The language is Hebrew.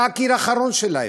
אתה הקיר האחרון שלהם,